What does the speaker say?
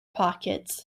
pockets